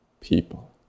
people